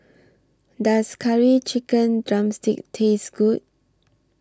Does Curry Chicken Drumstick Taste Good